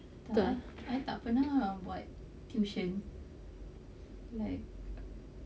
I tak pernah buat tuition like